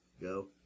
Go